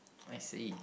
I see